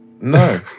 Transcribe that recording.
No